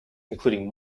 including